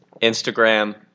Instagram